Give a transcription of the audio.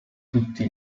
tutti